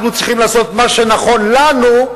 אנחנו צריכים לעשות מה שנכון לנו,